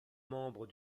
membre